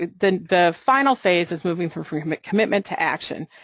then, the final phase is moving through from a commitment to action,